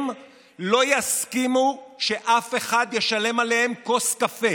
הם לא יסכימו שאף אחד ישלם עליהם כוס קפה,